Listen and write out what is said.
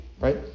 right